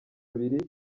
bibiri